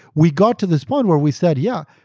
we got to this one where we said, yeah